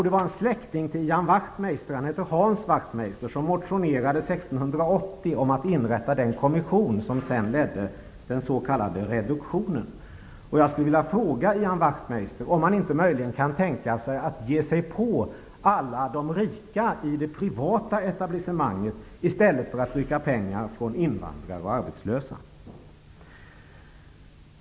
Det var en släkting till Ian Wachtmeister, Hans Wachtmeister, som år 1680 motionerade om att inrätta den kommission som sedan ledde till den s.k. Wachtmeister: Är Ian Wachtmeister beredd att ge sig på alla de rika i det privata etablissemanget, i stället för att rycka pengar från invandrare och arbetslösa?